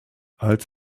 als